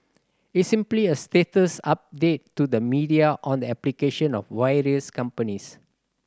it's simply a status update to the media on the application of various companies